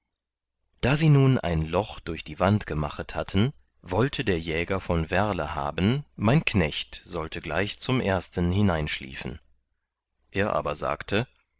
da sie nun ein loch durch die wand gemachet hatten wollte der jäger von werle haben mein knecht sollte gleich zum ersten hineinschliefen er aber sagte